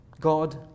God